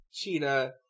cheetah